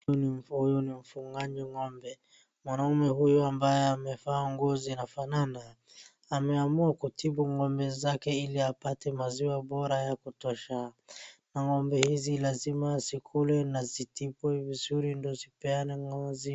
Huyu ni mfugaji wa ng'ombe, mwanaume huyu ambaye amevaa nguo zinazofanana. Ameamua kutibu ng'ombe zake ili apate maziwa bora ya kutosha na ng'ombe hizi lazima zikule na zitibuiwe vizuri ndio zipeane ngozi.